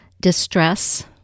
distress